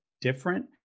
different